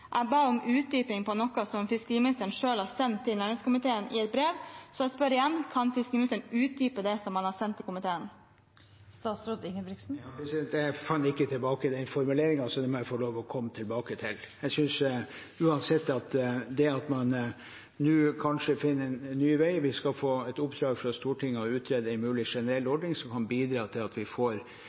Jeg ba om utdypning av noe som fiskeriministeren selv har sendt til næringskomiteen i et brev. Jeg spør igjen: Kan fiskeriministeren utdype det som han har sendt til komiteen? Jeg fant ikke tilbake til den formuleringen, så det må jeg få lov å komme tilbake til. Jeg synes uansett at det at man nå kanskje finner en ny vei, er veldig positivt: Vi skal få et oppdrag fra Stortinget om å utrede en mulig generell ordning som kan bidra til at vi kanskje får